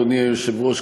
אדוני היושב-ראש,